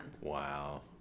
Wow